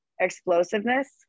explosiveness